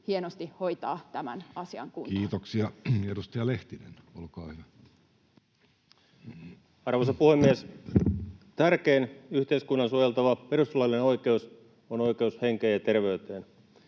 hienosti hoitaa tämän asian kuntoon. Kiitoksia. — Edustaja Lehtinen, olkaa hyvä. Arvoisa puhemies! Tärkein yhteiskunnan suojeltava perustuslaillinen oikeus on oikeus henkeen ja terveyteen.